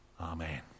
Amen